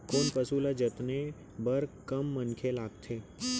कोन पसु ल जतने बर कम मनखे लागथे?